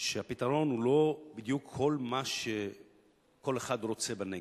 שהפתרון הוא לא בדיוק כל מה שכל אחד רוצה בנגב.